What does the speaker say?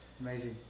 Amazing